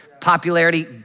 Popularity